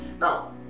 now